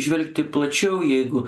žvelgti plačiau jeigu